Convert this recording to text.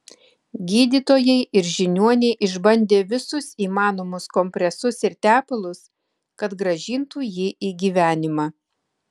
gydytojai ir žiniuoniai išbandė visus įmanomus kompresus ir tepalus kad grąžintų jį į gyvenimą